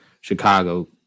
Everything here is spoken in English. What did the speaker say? Chicago